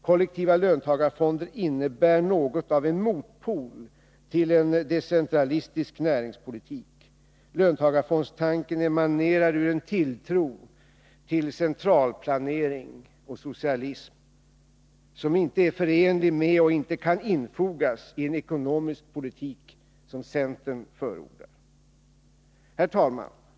Kollektiva löntagarfonder innebär något av en motpol till en decentralistisk näringspolitik. Löntagarfondstanken emanerar ur en tilltro till centralplanering och socialism. Den är inte förenlig med och kan inte infogas i den ekonomiska politik som centern förordar. Herr talman!